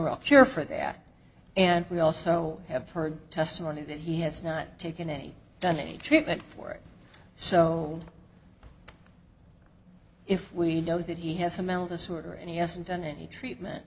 real cure for that and we also have heard testimony that he has not taken any done any treatment for it so if we know that he has a mental disorder and he hasn't done any treatment